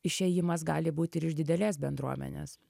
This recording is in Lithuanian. išėjimas gali būti ir iš didelės bendruomenės